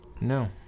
No